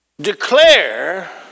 declare